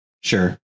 Sure